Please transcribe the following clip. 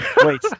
Wait